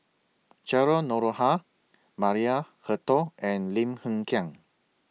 Cheryl Noronha Maria Hertogh and Lim Hng Kiang